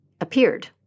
appeared